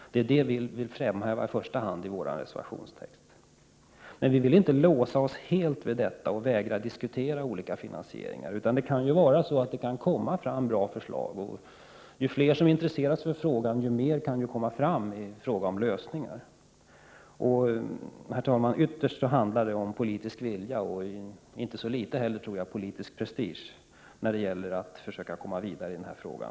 Det är vad vi i första hand vill framhäva i vår reservation. Men vi vill inte låsa oss helt vid detta. Vi vägrar inte att diskutera olika finansieringssätt. Det kan ju komma bra förslag. Ju fler som intresserar sig för frågan, desto bättre blir underlaget i fråga om lösningar. Herr talman! Jag tror att det ytterst handlar om politisk vilja och inte minst om politisk prestige när det gäller att komma vidare i den här frågan.